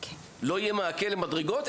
לא יהיה מעקה למדרגות?